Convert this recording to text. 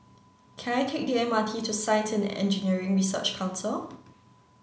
can I take the M R T to Science and Engineering Research Council